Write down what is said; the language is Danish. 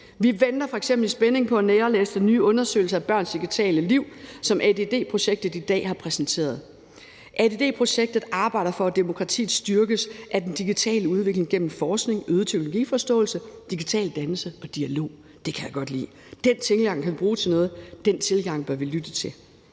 Vi venter f.eks. i spænding på at nærlæse den nye undersøgelse af børns digitale liv, som ADD-projektet i dag har præsenteret. ADD-projektet arbejder for, at demokratiet styrkes af den digitale udvikling gennem forskning, øget teknologiforståelse, digital dannelse og dialog. Det kan jeg godt lide. Den tilgang kan vi bruge til noget. Den tilgang bør vi lytte til.